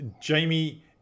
Jamie